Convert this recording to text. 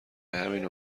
همینو